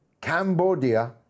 Cambodia